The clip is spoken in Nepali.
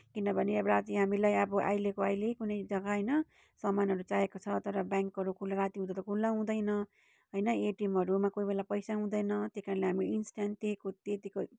किनभने अब राति हामीलाई अब अहिलेको अहिले कुनै जग्गा होइन सामानहरू चाहिएको छ तर ब्याङ्कहरू त खुल्ला रातिउँदी खुल्ला हुँदैन होइन एटिएमहरूमा कोही बेला पैसा हुँदैन त्यही कारणले हामी इन्स्टान्ट त्यहीँको त्यतिको